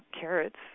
carrots